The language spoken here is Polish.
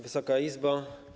Wysoka Izbo!